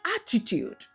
attitude